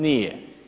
Nije.